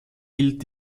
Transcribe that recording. gilt